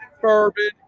bourbon